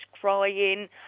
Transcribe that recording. crying